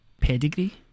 pedigree